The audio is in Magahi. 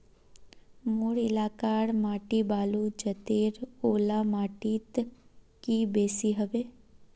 मोर एलाकार माटी बालू जतेर ओ ला माटित की बेसी हबे?